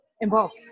involved